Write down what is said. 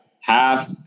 half